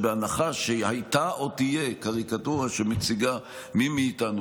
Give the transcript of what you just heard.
אני יכול להגיד לך שבהנחה שהייתה או תהיה קריקטורה שמציגה מי מאיתנו,